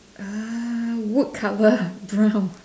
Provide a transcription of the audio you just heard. ah wood colour brown